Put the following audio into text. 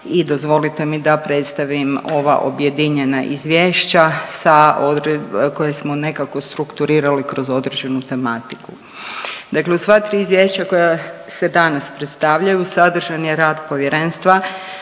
i dozvolite mi da predstavim ova objedinjena izvješća sa koje smo nekako strukturirali kroz određenu tematiku. Dakle, u sva tri izvješća koja se danas predstavljaju sadržan je rad Povjerenstva